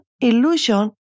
illusion